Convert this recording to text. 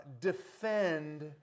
defend